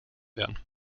werden